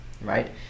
right